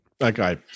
Okay